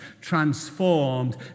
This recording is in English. transformed